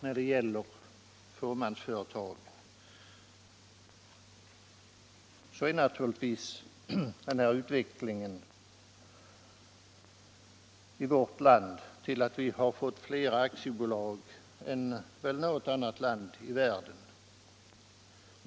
Vi har i vårt land haft en utveckling som inneburit att vi fått fler aktiebolag än väl något annat land i världen.